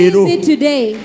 Today